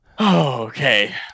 Okay